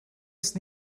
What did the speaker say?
ist